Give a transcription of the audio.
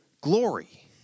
glory